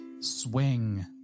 swing